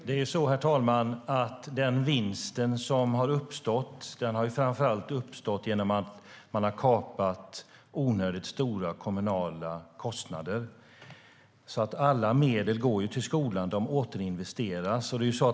Herr talman! Den vinst som har uppstått har framför allt uppstått därför att onödigt stora kommunala kostnader har kapats. Alla medel går till skolan. De återinvesteras.